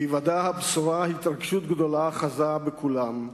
בהיוודע הבשורה, התרגשות גדולה אחזה בכולם,